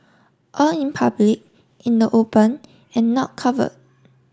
all in public in the open and not cover